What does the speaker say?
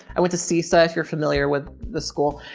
i went to sisa if you're familiar with the school,